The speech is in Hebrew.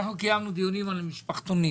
אנחנו קיימנו דיונים על המשפחתונים